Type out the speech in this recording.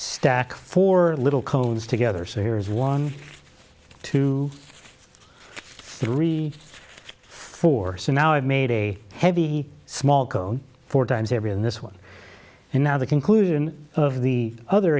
stack four little cones together so here is one two three four so now i've made a heavy small cone four times every in this one and now the conclusion of the other